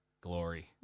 glory